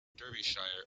derbyshire